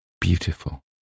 beautiful